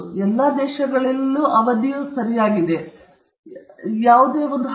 ಎಲ್ಲಾ ದೇಶಗಳಿಗೆ ಅವಧಿಯು ನಿಜ